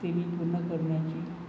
ते मी पूर्ण करण्याचे